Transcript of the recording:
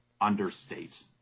understate